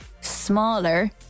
Smaller